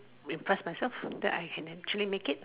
impress myself that I can actually make it